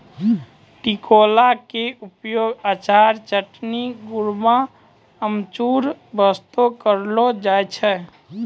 टिकोला के उपयोग अचार, चटनी, गुड़म्बा, अमचूर बास्तॅ करलो जाय छै